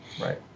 Right